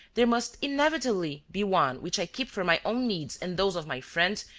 there must inevitably be one which i keep for my own needs and those of my friends,